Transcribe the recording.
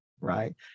right